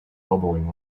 elbowing